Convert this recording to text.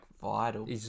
vital